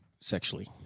sexually